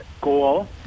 goal